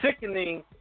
sickening